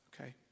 okay